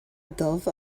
dubh